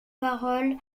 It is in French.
parole